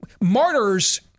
Martyrs